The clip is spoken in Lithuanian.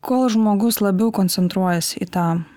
kol žmogus labiau koncentruojas į tą